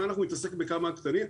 אנחנו נתעסק בכמה קטנים?